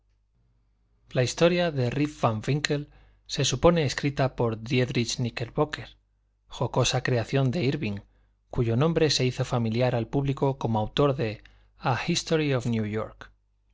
la historia de rip van winkle se supone escrita por díedrich kníckerbocker jocosa creación de írving y cuyo nombre se hizo familiar al público como autor de a history of new york